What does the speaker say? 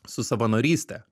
su savanoryste